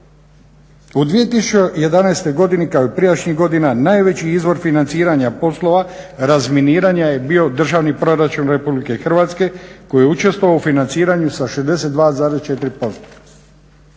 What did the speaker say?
U 2011. godini kao i prijašnjih godina najveći izvor financiranja poslova razminiranja je bio Državni proračun Republike Hrvatske koji je učestvovao u financiranju sa 62,4%.